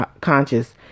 conscious